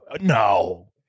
No